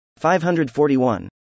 541